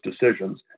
decisions